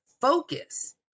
focus